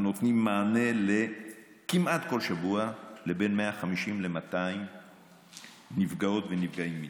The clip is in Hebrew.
הנותנים מענה כמעט כל שבוע לבין 150 ל-200 נפגעות ונפגעים מינית,